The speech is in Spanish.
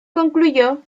concluyó